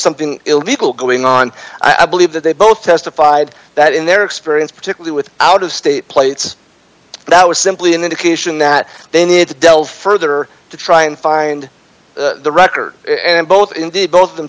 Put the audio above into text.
something illegal going on i believe that they both testified that in their experience particularly with out of state plates that was simply an indication that they need to delve further to try and find the record and both indeed both of them